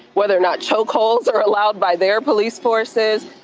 whether or not choke holds are allowed by their police forces.